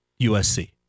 USC